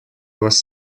was